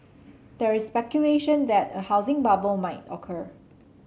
there is speculation that a housing bubble may occur